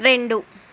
రెండు